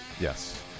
Yes